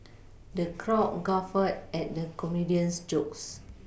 the crowd guffawed at the comedian's jokes